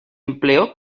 empleó